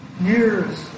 years